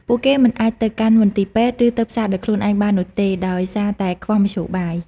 ពួកគេមិនអាចទៅកាន់មន្ទីរពេទ្យ ឬទៅផ្សារដោយខ្លួនឯងបាននោះទេ ដោយសារតែខ្វះមធ្យោបាយ។